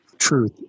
truth